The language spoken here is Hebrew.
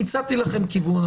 הצעתי לכם כיוון.